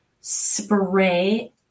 spray